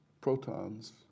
protons